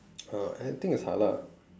oh I think it's halal